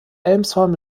elmshorn